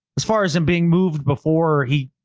as far as him being moved before he.